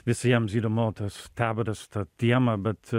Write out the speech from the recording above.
visiem įdomu tas taboras ta tiema bet